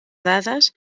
dades